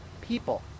people